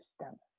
system